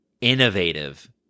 innovative